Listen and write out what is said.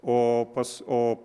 o pas o